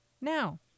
Now